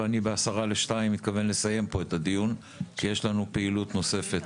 ובשעה 13:50 אני מתכוון לסיים את הדיון כי יש לנו פעילות נוספת.